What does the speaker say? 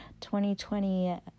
2020